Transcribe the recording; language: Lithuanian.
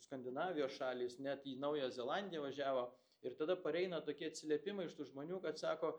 skandinavijos šalys net į naują zelandiją važiavo ir tada pareina tokie atsiliepimai iš tų žmonių kad sako